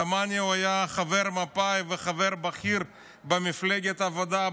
דומני שהוא היה חבר מפא"י וחבר בכיר במפלגת העבודה,